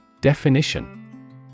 Definition